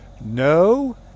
no